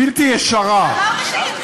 בלתי ישרה, אמרת שתתמוך בזה.